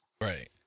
right